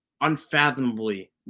unfathomably